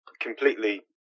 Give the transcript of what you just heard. completely